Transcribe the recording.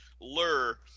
Lur